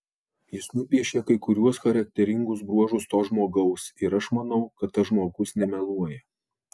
jis nupiešė kai kuriuos charakteringus bruožus to žmogaus ir aš manau kad tas žmogus nemeluoja